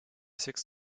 sechs